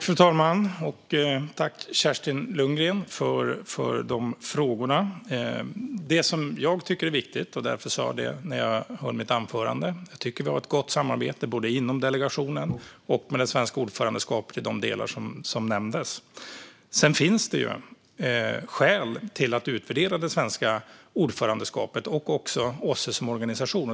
Fru talman! Jag tackar Kerstin Lundgren för frågorna. Det som jag tycker är viktigt och därför tog upp i mitt anförande är att jag tycker att vi har ett gott samarbete både inom delegationen och med det svenska ordförandeskapet i de delar som nämndes. Sedan finns det skäl att utvärdera det svenska ordförandeskapet och också OSSE som organisation.